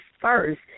first